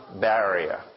barrier